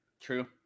True